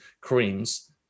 creams